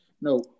No